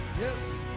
Yes